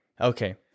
okay